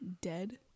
dead